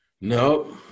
Nope